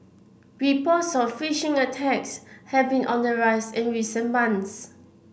reports on phishing attacks have been on the rise in recent months